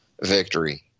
victory